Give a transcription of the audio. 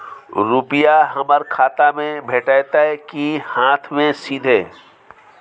रुपिया हमर खाता में भेटतै कि हाँथ मे सीधे?